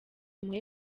umuhe